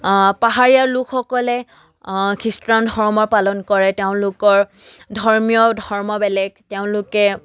পাহাৰীয়া লোকসকলে খ্ৰীষ্টান ধৰ্ম পালন কৰে তেওঁলোকৰ ধৰ্মীয় ধৰ্ম বেলেগ তেওঁলোকে